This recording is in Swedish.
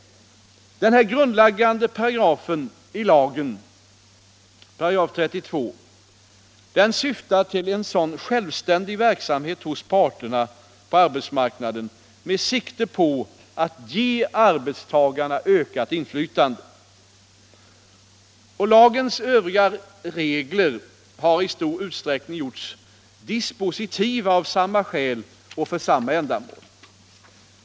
Denna grundläggande paragraf i lagen, 32 §, syftar till en sådan självständig verksamhet hos parterna på arbetsmarknaden med sikte på att ge arbetstagarna ökat inflytande. Lagens övriga regler har i stor utsträckning gjorts dispositiva av samma skäl och för samma ändamål.